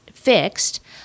fixed